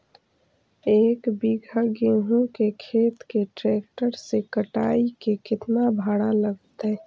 एक बिघा गेहूं के खेत के ट्रैक्टर से कटाई के केतना भाड़ा लगतै?